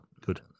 Good